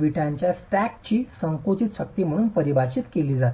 विटाच्या स्टॅकची संकुचित शक्ती म्हणून परिभाषित केली जाते